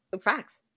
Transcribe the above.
Facts